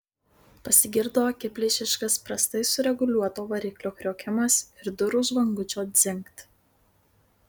pasigirdo akiplėšiškas prastai sureguliuoto variklio kriokimas ir durų žvangučio dzingt